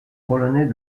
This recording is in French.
polonais